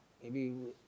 maybe